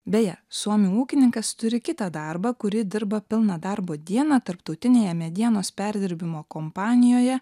beje suomių ūkininkas turi kitą darbą kurį dirbą pilną darbo dieną tarptautinėje medienos perdirbimo kompanijoje